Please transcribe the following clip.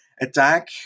attack